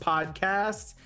Podcast